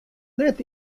net